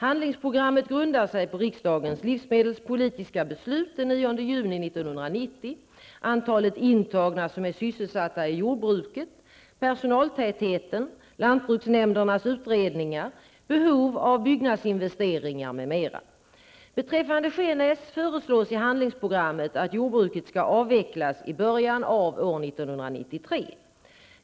Handlingsprogrammet grundar sig på riksdagens livsmedelspolitiska beslut den 9 juni Beträffande Skenäs föreslås i handlingsprogrammet att jordbruket skall avvecklas i början av år 1993.